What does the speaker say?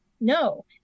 No